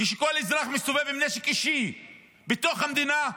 כשכל אזרח מסתובב עם נשק אישי בתוך המדינה,